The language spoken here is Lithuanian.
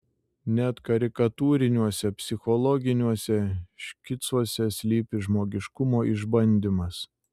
net karikatūriniuose psichologiniuose škicuose slypi žmogiškumo išbandymas